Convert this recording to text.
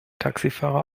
taxifahrer